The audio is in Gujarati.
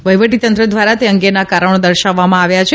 વઠ્ઠીવટી તંત્ર ધ્વારા તે અંગેના કારણો દર્શાવવામાં આવ્યા છે